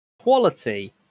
Quality